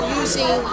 using